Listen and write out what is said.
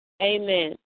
Amen